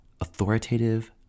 authoritative